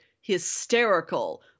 hysterical